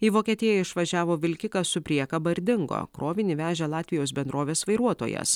į vokietiją išvažiavo vilkikas su priekaba ir dingo krovinį vežė latvijos bendrovės vairuotojas